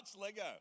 Lego